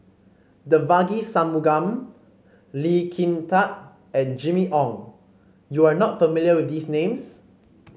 Devagi Sanmugam Lee Kin Tat and Jimmy Ong you are not familiar with these names